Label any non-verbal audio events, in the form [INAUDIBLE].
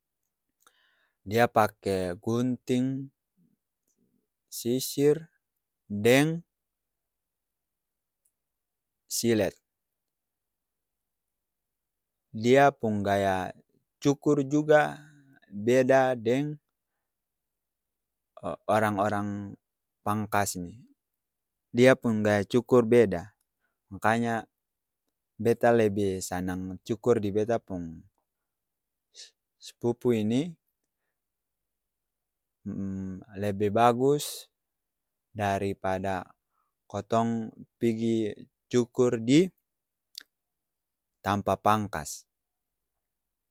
[NOISE] dia pake gunting, sisir, deng silet, dia pung gaya cukur juga beda deng, o' orang-orang pangkas ni, dia pung gaya cukur beeda, maka nya, beta lebe sanang cukur di beta pung se' sepupu ini, [HESITATION] lebe bagus, daripada kotong pigi cukur di tampa pangkas.